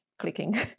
clicking